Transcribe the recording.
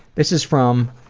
this is from,